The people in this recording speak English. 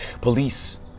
Police